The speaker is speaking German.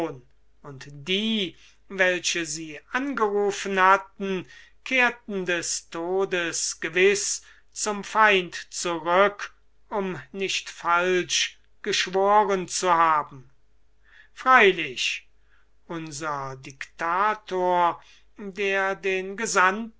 und die welche sie angerufen hatten kehrten des todes gewiß zum feind zurück um nicht falsch geschworen zu haben freilich unser dictator der den gesandten